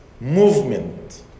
movement